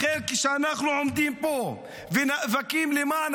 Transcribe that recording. לכן כשאנחנו עומדים פה ונאבקים למען